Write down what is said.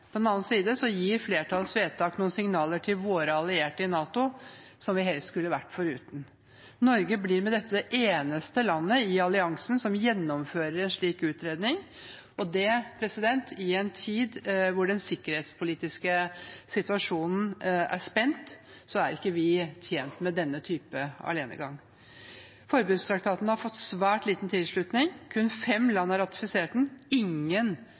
På den annen side gir flertallets vedtak noen signaler til våre allierte i NATO som vi helst skulle vært foruten. Norge blir med dette det eneste landet i alliansen som gjennomfører en slik utredning. I en tid hvor den sikkerhetspolitiske situasjonen er spent, er vi ikke tjent med denne type alenegang. Forbudstraktaten har fått svært liten tilslutning. Kun fem land har ratifisert den. Ingen